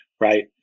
right